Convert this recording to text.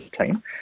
team